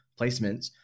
placements